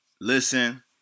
listen